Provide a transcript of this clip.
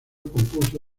compuso